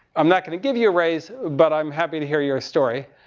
i'm not going to give you a raise, but i'm happy to hear your story.